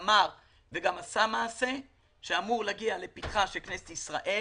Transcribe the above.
אמר וגם עשה מעשה שאמור להגיע לפתחה של כנסת ישראל